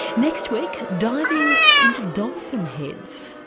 next week diving into dolphin heads